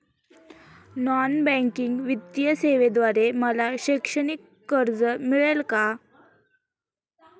Non banking वित्तीय सेवेद्वारे मला शैक्षणिक कर्ज मिळेल का?